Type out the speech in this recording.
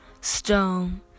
stone